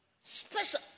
special